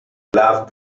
loved